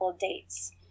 dates